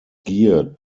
geared